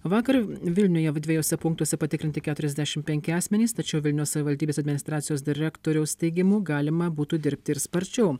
vakar vilniuje dviejuose punktuose patikrinti keturiasdešim penki asmenys tačiau vilniaus savivaldybės administracijos direktoriaus teigimu galima būtų dirbti ir sparčiau